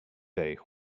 they